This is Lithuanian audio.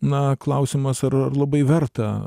na klausimas ar ar labai verta